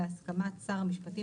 בהסכמת שר המשפטים,